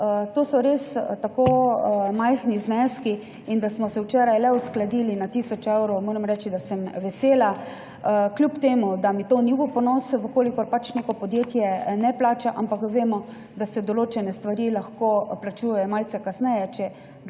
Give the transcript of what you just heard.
To so res tako majhni zneski. Ker smo se včeraj le uskladili na tisoč evrov, moram reči, da sem vesela, kljub temu da mi to ni v ponos, če neko podjetje ne plača, ampak vemo, da se določene stvari lahko plačujejo malce kasneje. Če